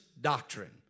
doctrine